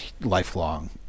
lifelong